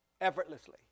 effortlessly